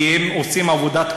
כי הם עושים עבודת קודש,